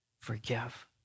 forgive